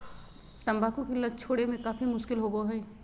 तंबाकू की लत छोड़े में काफी मुश्किल होबो हइ